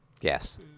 yes